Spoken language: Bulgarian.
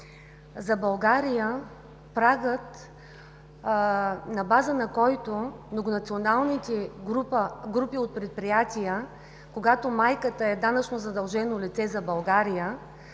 за България прагът на база, на който многонационалните групи от предприятия, когато майката е данъчно задължено лице за България,